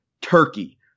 turkey